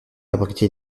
abrité